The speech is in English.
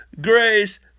grace